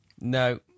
No